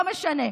לא משנה,